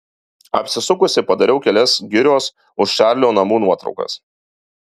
apsisukusi padariau kelias girios už čarlio namų nuotraukas